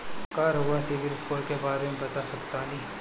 का रउआ सिबिल स्कोर के बारे में बता सकतानी?